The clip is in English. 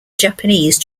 japanese